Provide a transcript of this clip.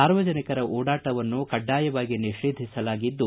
ಸಾರ್ವಜನಿಕರ ಓಡಾಟವನ್ನು ಕಡ್ಡಾಯವಾಗಿ ನಿಷೇಧಿಸಲಾಗಿದ್ದು